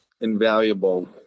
invaluable